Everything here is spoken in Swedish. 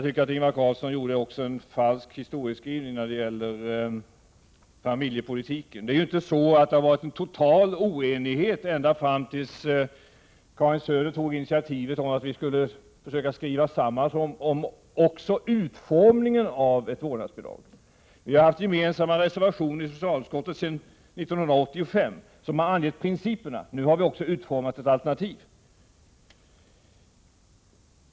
Ingvar Carlsson gjorde sig också skyldig till en falsk historieskrivning när det gäller familjepolitiken. Det har inte varit en total oenighet ända fram till dess att Karin Söder tog initiativet till att vi skulle försöka skriva oss samman även om utformningen av ett vårdnadsbidrag. Vi har haft gemensamma reservationer i socialutskottet sedan 1985, där vi har angivit principerna. Nu har vi också utformat ett alternativ.